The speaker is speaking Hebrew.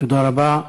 תודה רבה.